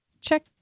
check